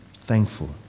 thankful